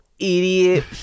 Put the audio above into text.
idiot